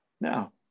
Now